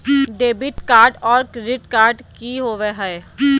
Debit card और credit card की होवे हय?